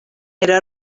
era